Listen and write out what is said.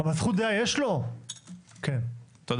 אבל זכות דעה יש לו?